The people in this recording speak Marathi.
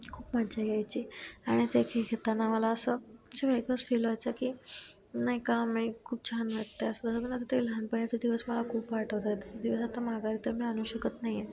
खूप मज्जा यायची आणि ते खेळ खेळताना मला असं म्हणजे वेगळंच फील व्हायचा की नाही काही खूप छान वाटतं असं तसं मला ते लहानपणाचा दिवस मला खूप आठवत आहेत दिवस आता माघारी तर मी आणू शकत नाही आहे